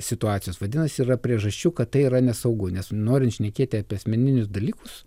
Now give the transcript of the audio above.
situacijos vadinasi yra priežasčių kad tai yra nesaugu nes norint šnekėti apie asmeninius dalykus